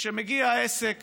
שכשמגיע עסק